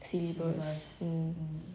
syllabus um